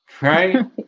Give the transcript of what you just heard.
Right